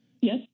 Yes